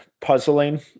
puzzling